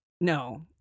no